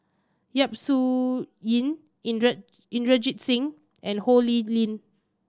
Yap Su Yin Inderjit Singh and Ho Lee Ling